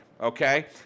Okay